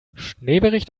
schneebericht